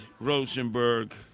Rosenberg